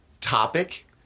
topic